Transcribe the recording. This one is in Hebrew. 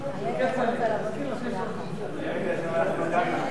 כצל'ה, תזכיר לה שיש ראש ממשלה.